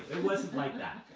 it wasn't like that.